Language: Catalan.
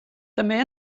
també